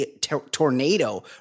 tornado